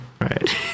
Right